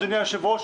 אדוני היושב-ראש,